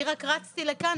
אני רק רצתי לכאן,